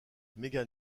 megan